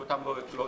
ואותן לא לקצץ.